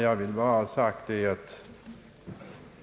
Herr talman!